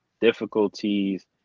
difficulties